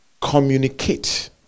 communicate